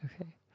okay